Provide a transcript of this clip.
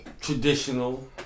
traditional